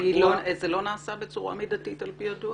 זה לא נעשה בצורה מידתית על פי הדוח?